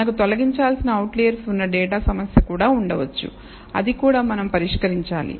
మనకు తొలగించాల్సిన అవుట్లెర్స్ ఉన్న డేటా సమస్య కూడా ఉండవచ్చు అది కూడా మనం పరిష్కరించాలి